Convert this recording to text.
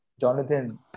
Jonathan